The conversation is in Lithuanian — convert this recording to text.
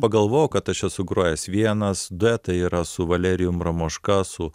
pagalvojau kad aš esu grojęs vienas duetai yra su valerijum ramoška su